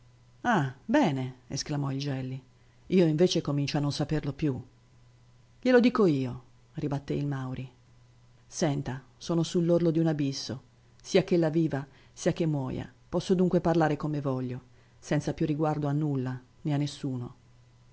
ah bene esclamò il gelli io invece comincio a non saperlo più glielo dico io ribatté il mauri senta sono su l'orlo d'un abisso sia ch'ella viva sia che muoja posso dunque parlare come voglio senza più riguardo a nulla né a nessuno